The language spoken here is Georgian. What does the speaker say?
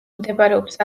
მდებარეობს